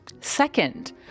Second